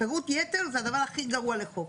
פיוט יתר ה הדבר הכי גרוע לחוק.